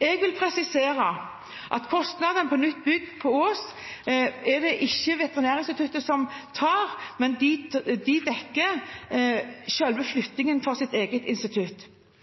Jeg vil presisere at kostnadene for nytt bygg på Ås er det ikke Veterinærinstituttet som tar, men de